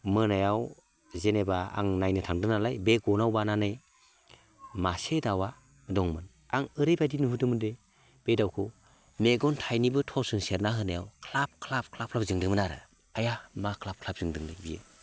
मोनायाव जेनेबा आं नायनो थांदों नालाय बे गनाव बानानै मासे दाउआ दंमोन आं ओरैबायदि नुहरदोंमोन दि बे दाउखौ मेगन थाइनैबो थर्सजों सेरना होनायाव ख्लाब ख्लाब ख्लाब ख्लाब जोंदोंमोन आरो आया मा ख्लाब ख्लाब जोंदोंलै बियो